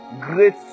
great